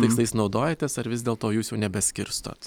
tikslais naudojatės ar vis dėlto jūs jų nebeskirstot